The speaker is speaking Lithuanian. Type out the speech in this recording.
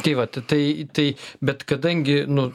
tai vat t tai tai bet kadangi nu